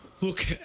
Look